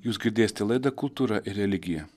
jūs girdėsite laidą kultūra ir religija